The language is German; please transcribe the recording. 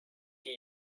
die